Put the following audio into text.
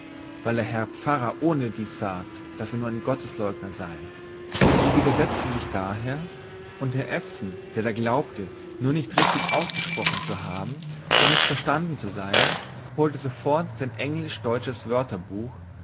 weil der herr pfarrer ohnedies gesagt daß er ein gottesleugner sei sie widersetzte sich daher und herr ewson der da glaubte nur nicht richtig ausgesprochen zu haben und nicht verstanden zu sein holte sofort sein englisch deutsches wörterbuch